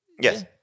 Yes